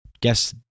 guess